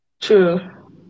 True